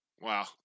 Wow